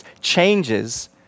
changes